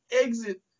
exit